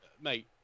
mate